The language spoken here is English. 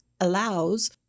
allows